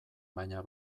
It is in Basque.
baina